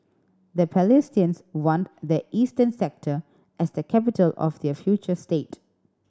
the Palestinians want the eastern sector as the capital of their future state